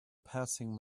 passing